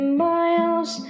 miles